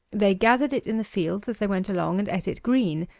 they gathered it in the fields as they went along and ate it green,